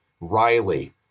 Riley